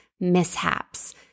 mishaps